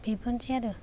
बेफोरनोसै आरो